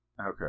Okay